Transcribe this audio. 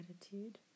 attitude